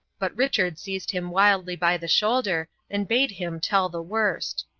but richard seized him wildly by the shoulder, and bade him tell the worst.